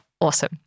Awesome